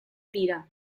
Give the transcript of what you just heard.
dira